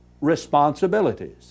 responsibilities